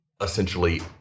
essentially